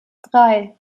drei